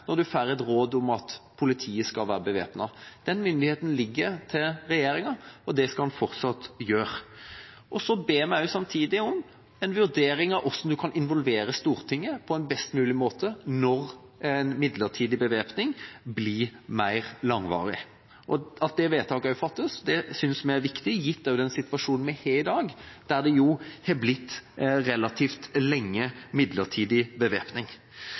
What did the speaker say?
når en får et råd om at politiet skal være bevæpnet. Den myndigheten ligger til regjeringa, og det skal den fortsatt gjøre. Så ber vi samtidig om en vurdering av hvordan en kan involvere Stortinget på en best mulig måte når en midlertidig bevæpning blir mer langvarig. At det vedtaket også fattes, synes vi er viktig, gitt den situasjonen vi har i dag, der det relativt lenge har vært midlertidig bevæpning.